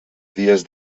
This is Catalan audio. dies